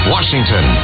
Washington